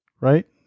Right